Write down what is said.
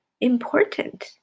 important